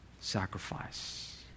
sacrifice